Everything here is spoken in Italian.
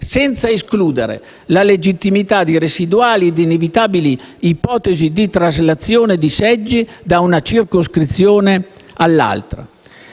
senza escludere la legittimità di residuali ed inevitabili ipotesi di traslazione di seggi da una circoscrizione ad un'altra.